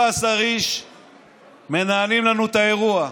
15 איש מנהלים לנו את האירוע,